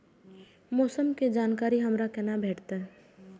मौसम के जानकारी हमरा केना भेटैत?